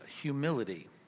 humility